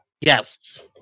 yes